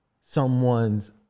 someone's